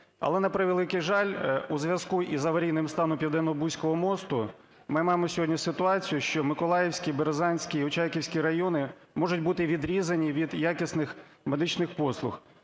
але, на превеликий жаль, у зв'язку з аварійним станом Південнобузького мосту ми маємо сьогодні ситуацію, що Миколаївський, Березанський, Очаківський райони можуть бути відрізані від якісних медичних послуг.